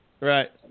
Right